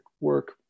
work